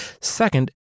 Second